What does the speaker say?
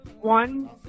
one